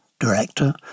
Director